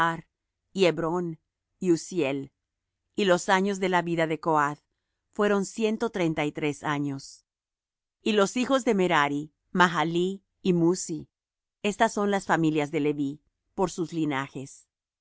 y uzziel y los años de la vida de coath fueron ciento treinta y tres años y los hijos de merari mahali y musi estas son las familias de leví por sus linajes